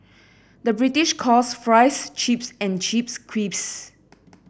the British calls fries chips and chips crisps